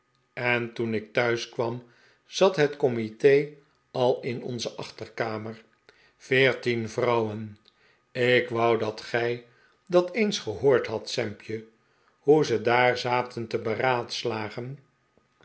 en toen ik thuis kwam zat het comite al in onze achterkamer veertien vrouwen ik wou dat gij dat eens gehoord hadt sampje hoe ze daar zaten te beraadslagen